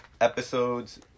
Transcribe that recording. episodes